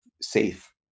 safe